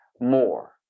more